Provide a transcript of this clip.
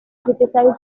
criticized